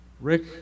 Rick